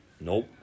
Nope